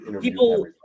people